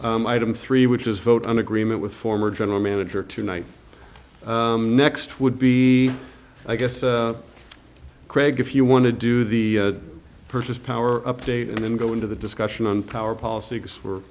item three which is vote on agreement with former general manager tonight next would be i guess craig if you want to do the purchase power update and then go into the discussion on power politics